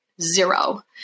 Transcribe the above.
zero